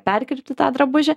perkirpti tą drabužį